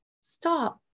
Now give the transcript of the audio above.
stop